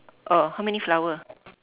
oh how many flower